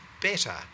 better